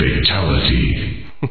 Fatality